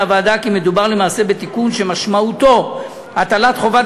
הוועדה כי מדובר למעשה בתיקון שמשמעותו הטלת חובת